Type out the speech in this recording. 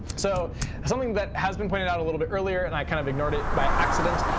so something that has been pointed out a little bit earlier, and i kind of ignored it by accident,